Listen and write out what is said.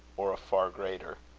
or a far greater.